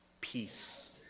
peace